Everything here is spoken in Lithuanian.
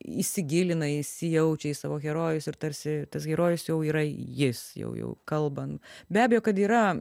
įsigilina įsijaučia į savo herojus ir tarsi tas herojus jau yra jis jau jau kalban be abejo kad yra